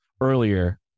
earlier